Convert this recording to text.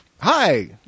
Hi